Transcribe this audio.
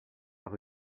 par